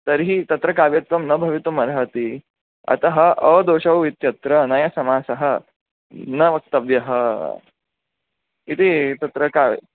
तर्हि तत्र काव्यत्वं न भवितुमर्हति अतः अदोषौ इत्यत्र अनया समासः न वक्तव्यः इति तत्र काव्य